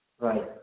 Right